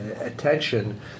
attention